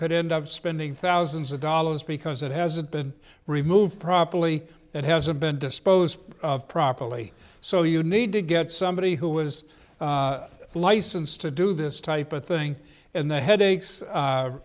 could end up spending thousands of dollars because it hasn't been removed properly and hasn't been disposed of properly so you need to get somebody who was licensed to do this type of thing and the headaches